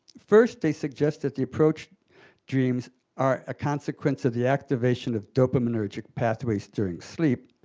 first they suggest that the approach dreams are a consequence of the activation of dopaminergic pathways during sleep.